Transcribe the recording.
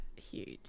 Huge